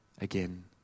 again